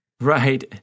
right